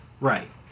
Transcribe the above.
Right